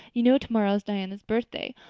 you know tomorrow is diana's birthday.